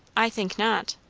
i think not.